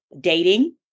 dating